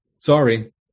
Sorry